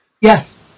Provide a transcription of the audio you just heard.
Yes